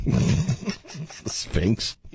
Sphinx